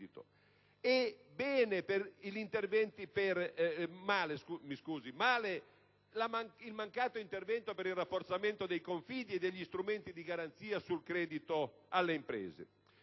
Male il mancato intervento per il rafforzamento dei Confidi e degli strumenti di garanzia sul credito alle imprese.